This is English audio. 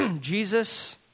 Jesus